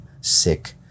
sick